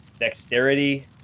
Dexterity